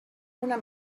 una